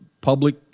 public